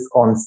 on